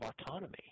autonomy